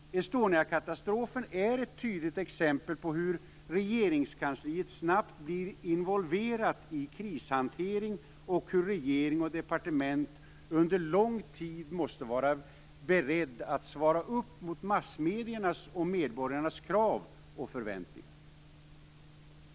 Estoniakatastrofen är ett tydligt exempel på hur Regeringskansliet snabbt blir involverat i krishantering och hur regering och departement under lång tid måste vara beredda att svara mot massmediernas och medborgarnas krav och förväntningar.